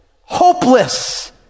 hopeless